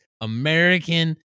American